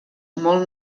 molt